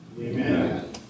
Amen